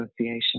Association